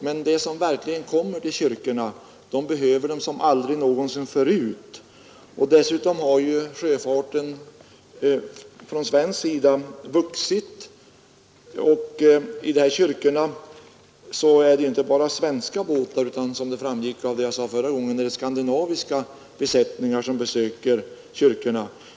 Men de som verkligen kommer till kyrkorna behöver dem som aldrig någonsin förut. Dessutom har dock sjöfarten från svensk sida vuxit totalt, och det är inte bara svenska utan, som jag sade i mitt förra inlägg, skandinaviska besättningar som besöker dessa kyrkor.